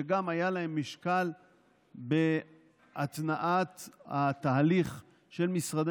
שגם היה להן משקל בהתנעת התהליך של משרדי